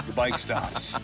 bike stops.